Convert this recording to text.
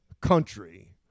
country